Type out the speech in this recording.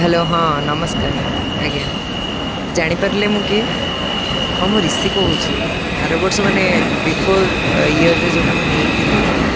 hello ହଁ ନମସ୍କାର ଆଜ୍ଞା ଜାଣିପାରିଲେ ମୁଁ କିଏ ହଁ ମୁଁ ରିଷି କହୁଛି ଆର ବର୍ଷ ମାନେ ବିଫୋର୍ ଇୟର୍ରେ ଯେଉଁଟା ମୁଁ ନେଇଥିଲି